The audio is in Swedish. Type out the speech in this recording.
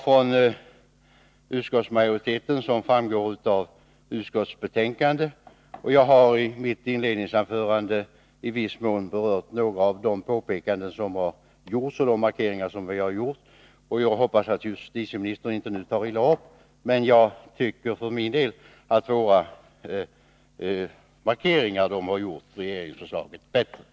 I mitt inledningsanförande berörde jag några av de påpekanden och markeringar som vi har gjort i utskottsbetänkandet. Jag hoppas att justitieministern inte tar illa upp när jag hävdar att våra markeringar har gjort regeringsförslaget bättre.